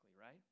right